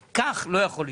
כך זה לא יכול להימשך.